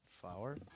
Flour